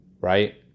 right